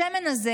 לשמן הזה,